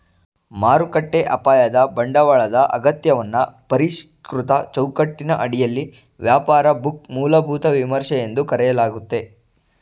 ಮಾರುಕಟ್ಟೆ ಅಪಾಯದ ಬಂಡವಾಳದ ಅಗತ್ಯವನ್ನ ಪರಿಷ್ಕೃತ ಚೌಕಟ್ಟಿನ ಅಡಿಯಲ್ಲಿ ವ್ಯಾಪಾರ ಬುಕ್ ಮೂಲಭೂತ ವಿಮರ್ಶೆ ಎಂದು ಕರೆಯಲಾಗುತ್ತೆ